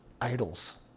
idols